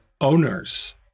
owners